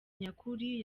nyakuri